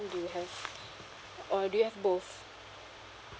do you have or do you have both